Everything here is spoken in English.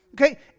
Okay